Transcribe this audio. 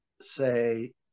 say